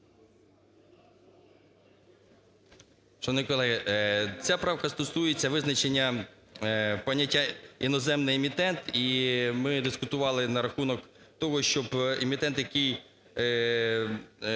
Шановні колеги, ця правка стосується визначення поняття іноземний емітент. І ми дискутували на рахунок того, щоб емітент, який